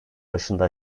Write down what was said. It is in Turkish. başında